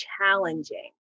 challenging